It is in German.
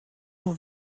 nur